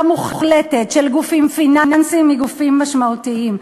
מוחלטת של גופים פיננסיים מגופים משמעותיים,